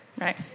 right